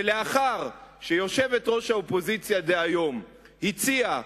שלאחר שיושבת-ראש האופוזיציה דהיום הציעה